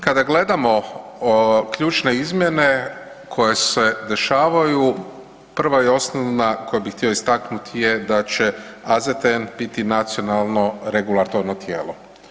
Kada gledamo ključne izmjene koje se dešavaju, prva i osnovna koju bih htio istaknuti je da će AZTN biti nacionalno regulatorno tijelo.